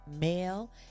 Male